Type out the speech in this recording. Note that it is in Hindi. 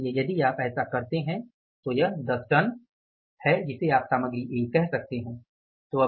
इसलिए यदि आप ऐसा करते हैं तो यह 10 टन है जिसे आप सामग्री ए कह सकते हैं